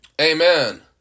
Amen